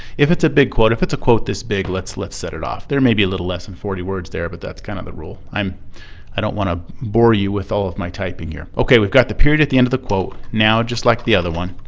if it's a big quote if it's a quote this big let's let's set it off. there may be a little less than forty words there but that's kind of the rule. i'm i don't want to bore you with all of my typing here. o k. we've got the period at the end of the quote. now, just like the other one,